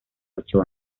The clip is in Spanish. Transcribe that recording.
ocho